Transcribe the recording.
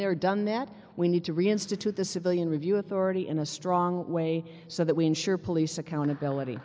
there done that we need to reinstitute the civilian review authority in a strong way so that we ensure police accountability